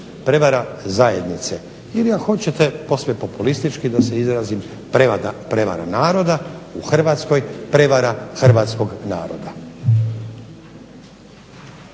prevara zajednice ili ako hoćete posve populistički da se izrazim prevara naroda u Hrvatskoj prevara hrvatskog naroda.